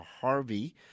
Harvey